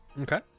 Okay